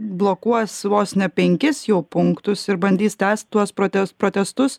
blokuos vos ne penkis jų punktus ir bandys tęst tuos protest protestus